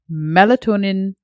melatonin